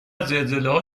زلزلهها